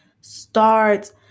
Start